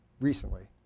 recently